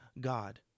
God